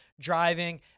driving